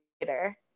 later